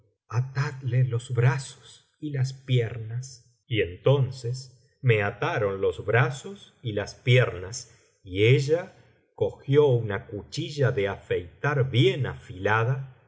valenciana las mil noches y una noche piernas y entonces me ataron los brazos y las piernas y ella cogió una cuchilla de afeitar bien afilada y